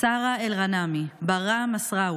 סארה אל ג'נאמי, בראאה מסארווה,